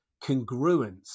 congruence